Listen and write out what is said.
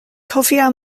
cofia